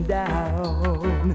down